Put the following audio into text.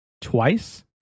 twice